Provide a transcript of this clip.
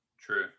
True